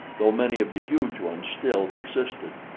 though many of the huge ones still persisted,